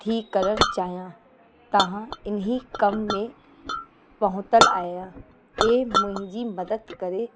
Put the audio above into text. थी करणु चाहियां तव्हां इन ई कम में पहुतल आहियां ऐं मुंहिंजी मदद करे